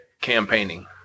campaigning